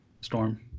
Storm